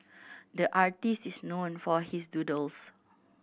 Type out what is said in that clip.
the artist is known for his doodles